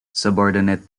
subordinate